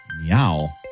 Meow